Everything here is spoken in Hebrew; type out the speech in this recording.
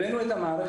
הבאנו את המערכת,